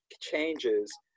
changes